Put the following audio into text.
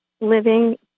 living